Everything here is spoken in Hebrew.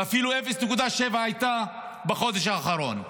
ואפילו הייתה 0.7 בחודש האחרון.